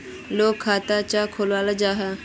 लोग खाता चाँ खोलो जाहा?